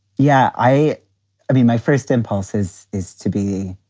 yeah. i i mean, my first impulse is is to be.